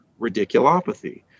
radiculopathy